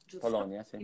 Polonia